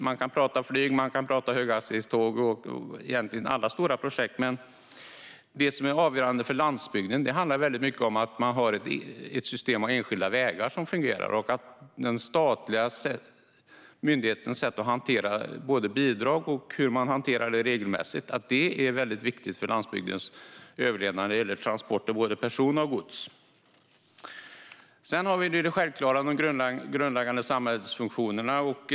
Man kan prata flyg och höghastighetståg och andra stora projekt, men det avgörande för landsbygden handlar mycket om att ha ett system av enskilda vägar som fungerar. Den statliga myndighetens sätt att hantera det i fråga om bidrag och regler är viktigt för landsbygdens överlevnad när det gäller transporter av både personer och gods. Sedan har vi det självklara, de grundläggande samhällsfunktionerna.